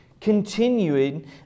continuing